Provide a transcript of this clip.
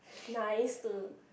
nice stir